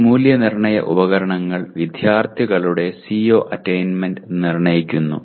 ഈ മൂല്യനിർണ്ണയ ഉപകരണങ്ങൾ വിദ്യാർത്ഥികളുടെ CO അറ്റയ്ന്മെന്റ് നിർണ്ണയിക്കുന്നു